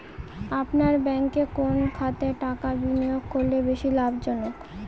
আপনার ব্যাংকে কোন খাতে টাকা বিনিয়োগ করলে বেশি লাভজনক?